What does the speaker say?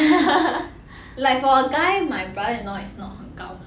like for a guy my brother in law is not 很高 maha